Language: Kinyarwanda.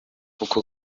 uko